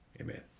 Amen